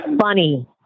funny